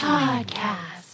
Podcast